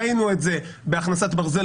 ראינו את זה בהכנסת ברזל,